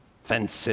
fence